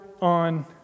on